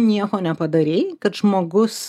nieko nepadarei kad žmogus